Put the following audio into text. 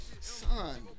Son